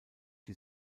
die